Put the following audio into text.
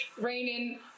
raining